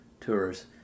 tours